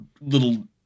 little